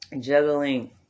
juggling